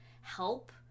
help